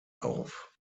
auf